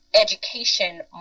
education